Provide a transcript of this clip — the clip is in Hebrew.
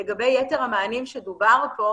לגבי יתר המענים שדובר פה,